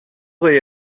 they